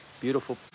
beautiful